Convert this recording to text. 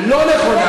יש מגמה לא נכונה,